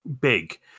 big